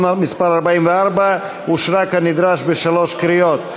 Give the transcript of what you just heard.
מס' 44) אושרה כנדרש בשלוש קריאות.